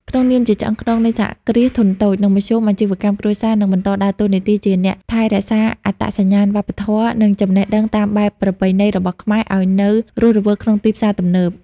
ក្នុងនាមជាឆ្អឹងខ្នងនៃសហគ្រាសធុនតូច និងមធ្យម អាជីវកម្មគ្រួសារនឹងបន្តដើរតួនាទីជាអ្នកថែរក្សាអត្តសញ្ញាណវប្បធម៌ និងចំណេះដឹងតាមបែបប្រពៃណីរបស់ខ្មែរឱ្យនៅរស់រវើកក្នុងទីផ្សារទំនើប។